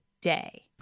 day